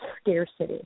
scarcity